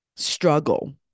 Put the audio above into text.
struggle